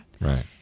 Right